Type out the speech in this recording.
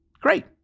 great